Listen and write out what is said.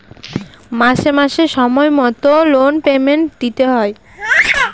মাসে মাসে সময় মতো লোন পেমেন্ট দিতে হয়